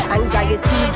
Anxiety